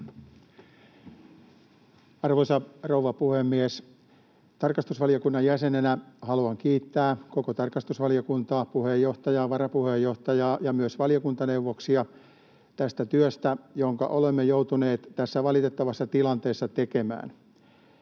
Arvoisa rouva puhemies! Tarkastusvaliokunnan jäsenenä haluan kiittää koko tarkastusvaliokuntaa, puheenjohtajaa, varapuheenjohtajaa ja myös valiokuntaneuvoksia tästä työstä, jonka olemme joutuneet tässä valitettavassa tilanteessa tekemään.